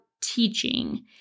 teaching